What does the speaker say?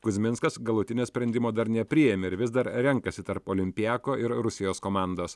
kuzminskas galutinio sprendimo dar nepriėmė ir vis dar renkasi tarp olimpiako ir rusijos komandos